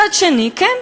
מצד שני, כן,